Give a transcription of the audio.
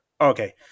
okay